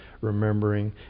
remembering